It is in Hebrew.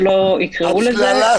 אני מבין שלא היית בדיון, היית בשיחה.